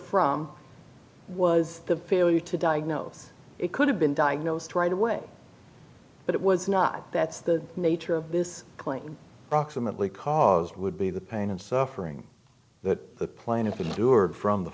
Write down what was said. from was the failure to diagnose it could have been diagnosed right away but it was not that's the nature of this clinton proximately cause would be the pain and suffering that the plaintiff endured from the